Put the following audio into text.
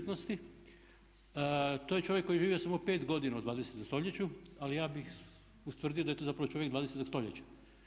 To je čovjek koji je živio samo 5 godina u 20. stoljeću ali ja bih ustvrdio da je to zapravo čovjek 20. stoljeća.